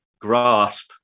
grasp